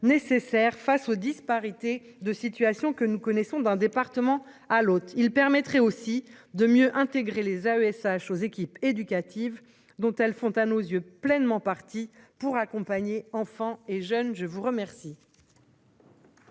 nécessaire face aux disparités de situation que nous connaissons d'un département à l'autre. Il permettrait aussi de mieux intégrer les AESH aux équipes éducatives dont elles font, à nos yeux pleinement partie pour accompagner, enfants et jeunes. Je vous remercie.